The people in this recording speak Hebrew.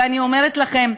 ואני אומרת לכם,